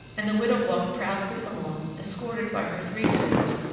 and the widow walked proudly along, escorted by her three suitors,